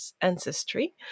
ancestry